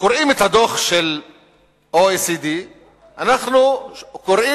קוראים את הדוח של ה-OECD אנחנו קוראים